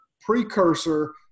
precursor